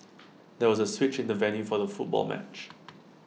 there was A switch in the venue for the football match